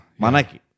Manaki